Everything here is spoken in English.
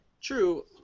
True